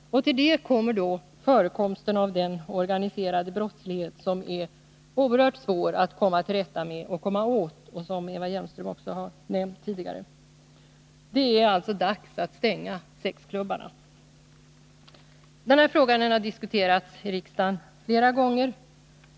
Till det kommer förekomsten av organiserad brottslighet, som är oerhört svår att komma åt, vilket Eva Hjelmström också har nämnt tidigare. Det är alltså dags att stänga sexklubbarna. Den här frågan har diskuterats i riksdagen flera gånger.